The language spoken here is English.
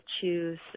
choose